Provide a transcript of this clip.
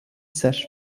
sage